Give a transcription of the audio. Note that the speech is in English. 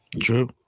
True